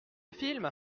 film